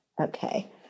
Okay